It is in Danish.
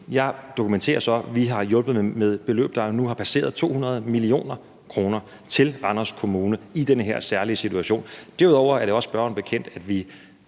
jeg dokumenterer så, at vi har hjulpet med et beløb, der nu har passeret 200 mio. kr. til Randers Kommune i den her særlige situation. Derudover er det også spørgeren bekendt, at vi